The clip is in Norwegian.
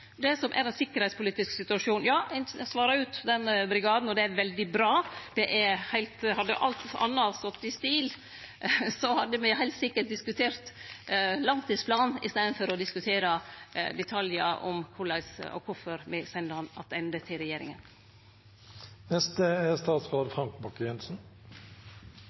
det som er den sikkerheitspolitiske situasjonen. Ja, ein svarar ut den brigaden, og det er veldig bra. Hadde alt anna stått i stil, hadde me heilt sikkert diskutert langtidsplanen i staden for å diskutere detaljar om korleis og kvifor me sender han attende til regjeringa. Bare avslutningsvis, det er